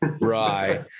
Right